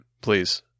please